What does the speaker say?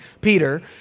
Peter